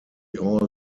all